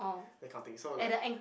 that kind of thing so like